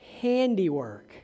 handiwork